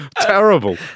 Terrible